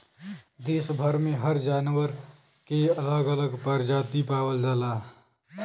देस भर में हर जानवर के अलग अलग परजाती पावल जाला